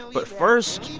but first,